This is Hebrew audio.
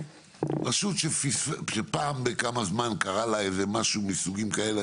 רשות שפעם בכמה זמן קרה לה איזה משהו מסוגים כאלה,